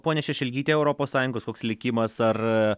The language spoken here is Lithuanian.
ponia šešelgyte europos sąjungos koks likimas ar